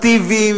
והסופרלטיבים,